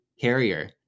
Carrier